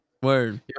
Word